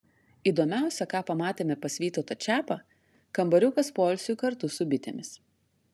įdomiausia ką pamatėme pas vytautą čiapą kambariukas poilsiui kartu su bitėmis